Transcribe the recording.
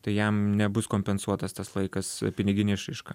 tai jam nebus kompensuotas tas laikas pinigine išraiška